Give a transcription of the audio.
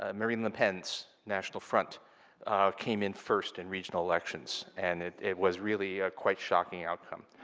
ah marine le pen's national front came in first in regional elections, and it was really a quite shocking outcome.